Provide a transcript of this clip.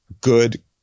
good